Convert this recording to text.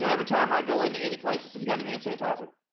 and every time i go into any places, have you got any hand sanitizer?